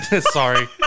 sorry